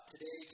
Today